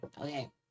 Okay